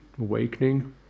awakening